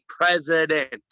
president